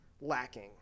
lacking